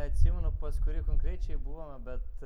neatsimenu pas kurį konkrečiai buvome bet